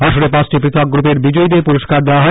আসরে পাঁচটি পৃথক গ্রুপের বিজয়ীদের পুরস্কার দেওয়া হয়